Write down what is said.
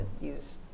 use